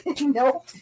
Nope